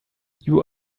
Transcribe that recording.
you